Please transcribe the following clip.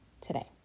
today